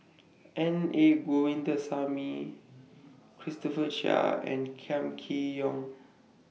Na Govindasamy Christopher Chia and Kam Kee Yong